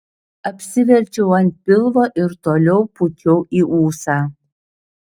apsiverčiau ant pilvo ir toliau pūčiau į ūsą